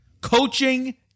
coaching